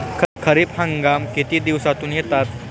खरीप हंगाम किती दिवसातून येतात?